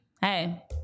hey